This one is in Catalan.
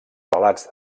relats